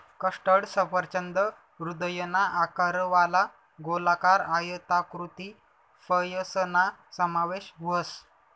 custard सफरचंद हृदयना आकारवाला, गोलाकार, आयताकृती फयसना समावेश व्हस